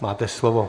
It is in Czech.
Máte slovo.